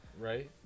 right